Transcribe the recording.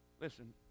Listen